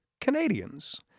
Canadians